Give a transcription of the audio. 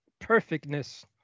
perfectness